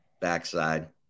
backside